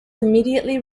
immediately